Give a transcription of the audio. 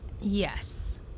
yes